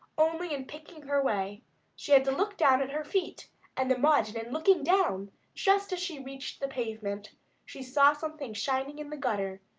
only, in picking her way she had to look down at her feet and the mud, and in looking down just as she reached the pavement she saw something shining in the gutter.